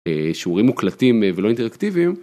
שיעורים מוקלטים ולא אינטרקטיביים.